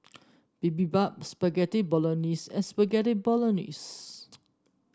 Bibimbap Spaghetti Bolognese and Spaghetti Bolognese